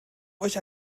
euch